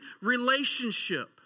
relationship